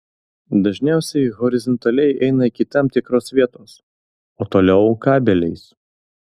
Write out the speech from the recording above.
dažniausiai horizontaliai eina iki tam tikros vietos o toliau kabeliais